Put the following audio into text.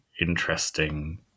interesting